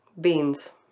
Beans